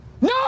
No